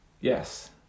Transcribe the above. Yes